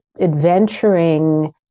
adventuring